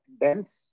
dense